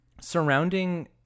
surrounding